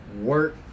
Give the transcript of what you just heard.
work